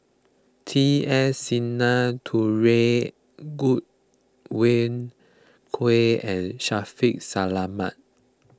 T S Sinnathuray Godwin Koay and Shaffiq Selamat